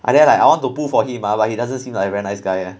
I there like I want to pull for him but he doesn't seem like very nice guy